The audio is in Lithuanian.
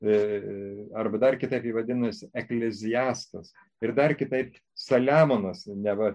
e arba dar kitaip ji vadinasi ekleziastas ir dar kitaip saliamonas neva